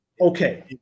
Okay